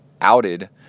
outed